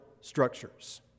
structures